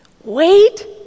Wait